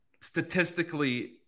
statistically